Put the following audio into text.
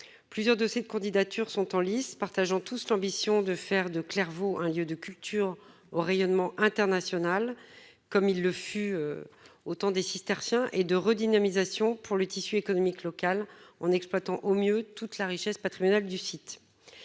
plusieurs dossiers de candidature sont en lice, partageant tous l'ambition de faire de Clairvaux, un lieu de culture au rayonnement international comme il le fut autant des cisterciens et de redynamisation pour le tissu économique local en exploitant au mieux toute la richesse patrimoniale du site